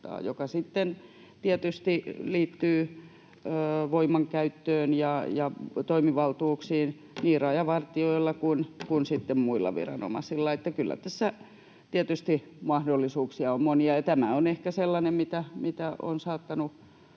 liittyy voimankäyttöön ja toimivaltuuksiin niin rajavartijoilla kuin muilla viranomaisilla. Että kyllä tässä tietysti mahdollisuuksia on monia, ja tämä on ehkä sellainen, mitä ovat saattaneet